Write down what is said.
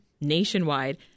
nationwide